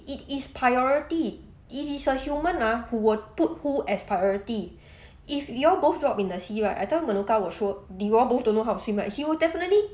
it is priority it is a human ah who would put who as priority if your both drop in the sea right I tell you menuka will sure if your both don't know how to swim right he will definitely